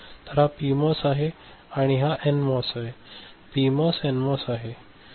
तर हा पीमॉस आहे आणि हा एनमॉस पीमॉस एनमॉस आहे